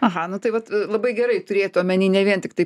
aha nu tai vat labai gerai turėt omeny ne vien tiktai